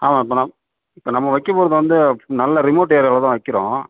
ஆமாம் இப்போ நான் இப்போ நம்ம வைக்க போவது வந்து நல்ல ரிமோட் ஏரியாவில் தான் வைக்கிறோம்